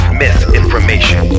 misinformation